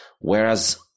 whereas